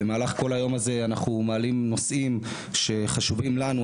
במהלך כל היום הזה אנחנו מעלים נושאים שחשובים לנו,